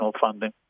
funding